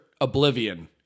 Oblivion